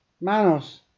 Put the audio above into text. Manos